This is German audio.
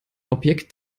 objekt